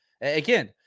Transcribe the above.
Again